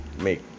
make